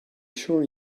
sure